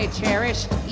cherished